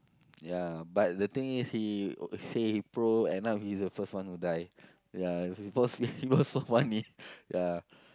yeah but the thing is he say he pro end up he is the first one who die yeah it was it was so funny yeah